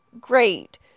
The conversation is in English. great